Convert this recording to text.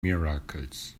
miracles